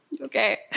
Okay